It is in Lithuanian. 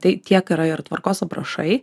tai tiek yra ir tvarkos aprašai